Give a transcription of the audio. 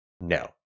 no